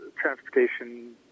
transportation